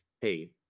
hey